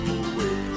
away